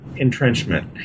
entrenchment